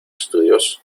estudios